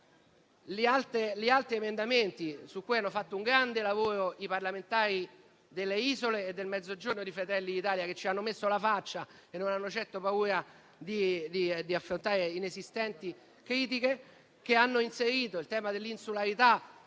gli altri emendamenti su cui hanno fatto un grande lavoro i parlamentari di Fratelli d'Italia delle isole e del Mezzogiorno - che ci hanno messo la faccia e non hanno certo paura di affrontare inesistenti critiche - che hanno inserito i temi dell'insularità